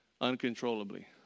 uncontrollably